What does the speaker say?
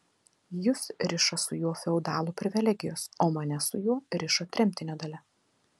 jus riša su juo feodalų privilegijos o mane su juo riša tremtinio dalia